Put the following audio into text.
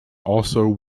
also